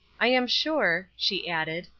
i am sure, she added,